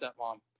stepmom